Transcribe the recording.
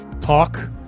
Talk